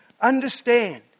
understand